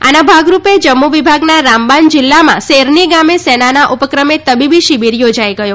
આના ભાગરૂપે જમ્મુ વિભાગના રામબાન જિલ્લામાં સેરની ગામે સેનાના ઉપક્રમે તબીબી શિબિર યોજાઈ ગયો